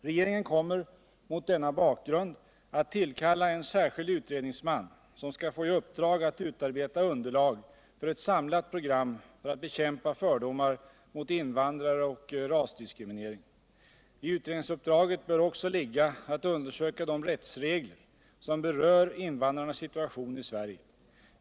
Regeringen kommer mot denna bakgrund att tillkalla en särskild utredningsman, som skall få i uppdrag att utarbeta underlag för ett samlat program för att bekämpa dels fördomar mot invandrare, dels rasdiskriminering. I utredningsuppdraget bör också ingå undersökning av de rättsregler som berör invandrarnas situation i Sverige.